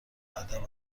ادب